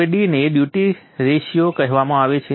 હવે d ને duty ratio કહેવામાં આવે છે